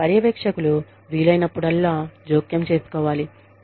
పర్యవేక్షకులు వీలైనప్పుడల్లా జోక్యం చేసుకోవాలి